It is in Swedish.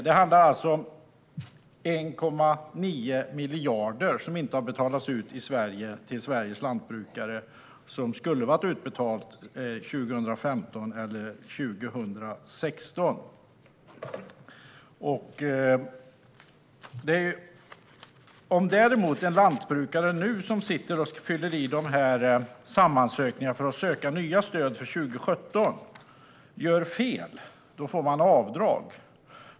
Det handlar alltså om 1,9 miljarder som inte har betalats ut i Sverige till Sveriges lantbrukare. De skulle ha varit utbetalda 2015 eller 2016. Om lantbrukare som nu sitter och fyller i SAM-ansökningar för att söka nya stöd för 2017 gör fel får de avdrag.